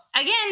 again